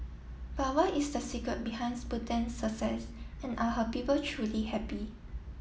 but what is the secret behinds Bhutan's success and are her people truly happy